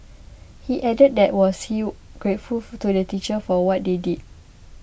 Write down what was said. he added that was he grateful to the teachers for what they did